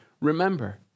remember